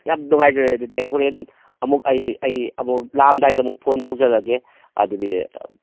ꯌꯥꯝ ꯅꯨꯡꯉꯥꯏꯖꯔꯦ ꯑꯗꯨꯗꯤ ꯑꯩ ꯍꯣꯔꯦꯟ ꯑꯃꯨꯛ ꯑꯩ ꯑꯩ ꯑꯃꯨꯛ ꯂꯥꯛꯑꯝꯗꯥꯏꯗꯃꯨꯛ ꯐꯣꯟ ꯇꯧꯖꯔꯛꯑꯒꯦ ꯑꯗꯨꯗꯤ